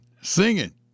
singing